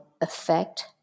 effect